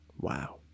Wow